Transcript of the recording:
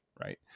right